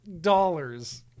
dollars